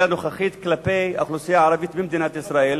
הנוכחית כלפי האוכלוסייה הערבית במדינת ישראל,